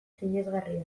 sinesgarria